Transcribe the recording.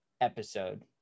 episode